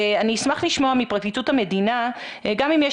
אני אשמח לשמוע מפרקליטות המדינה גם אם יש